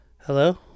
hello